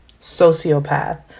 sociopath